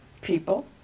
people